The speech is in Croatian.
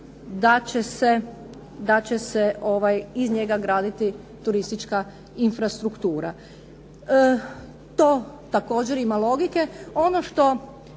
da će se iz njega graditi turistička infrastruktura. To također ima logike. Ono što